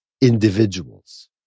individuals